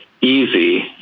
Easy